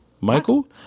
Michael